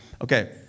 Okay